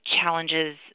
challenges